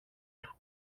του